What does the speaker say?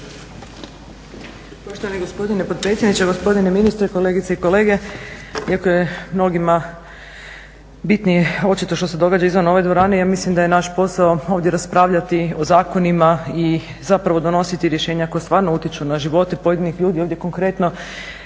Poštovani potpredsjedniče, gospodine ministre, kolegice i kolege. Iako je mnogima bitnije očito što se događa izvan ove dvorane, ja mislim da je naš posao ovdje raspravljati o zakonima i zapravo donositi rješenja koja stvarno utječu na živote pojedinih ljudi, ovdje konkretno